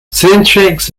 soundtracks